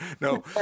No